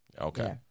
Okay